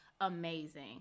amazing